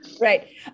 Right